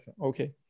Okay